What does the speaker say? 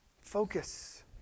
Focus